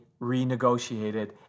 renegotiated